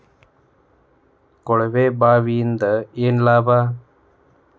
ಕೊಳವೆ ಬಾವಿಯಿಂದ ಏನ್ ಲಾಭಾ?